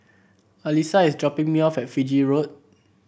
Alysa is dropping me off at Fiji Road